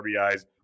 RBIs